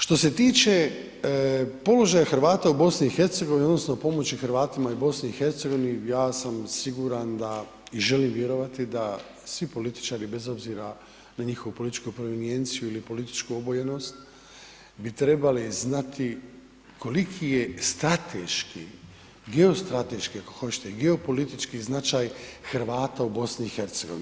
Što se tiče položaja Hrvata u BiH odnosno pomoći Hrvatima i BiH ja sam siguran da i želim vjerovati da svi političari bez obzira na njihovo političku prominenciju ili političku obojenost bi trebali znati koliki je strateški, geostrateški ako hoćete geopolitički značaj Hrvata u BiH.